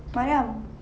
mariam